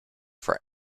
for